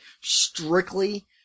strictly